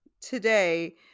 today